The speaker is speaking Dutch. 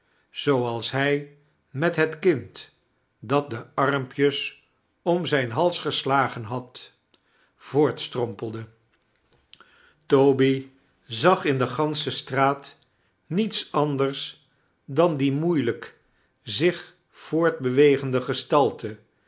zooals hij met het kind dat de armpjes om zijn hals geslagen had voortstrompelde toby zag in de gansche straat niets anders dan die moeilijk zich voortbewegende gestalte